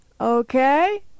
Okay